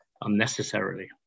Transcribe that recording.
unnecessarily